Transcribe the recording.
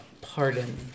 pardon